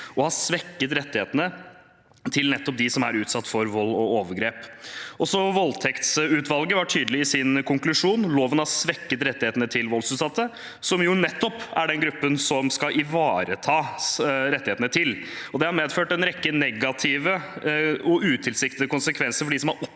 å ha svekket rettighetene til nettopp dem som er utsatt for vold og overgrep. Også voldtektsutvalget var tydelig i sin konklusjon om at loven har svekket rettighetene til voldsutsatte, som jo nettopp er den gruppen den skal ivareta rettighetene til. Det har medført en rekke negative og utilsiktede konsekvenser for dem som har opplevd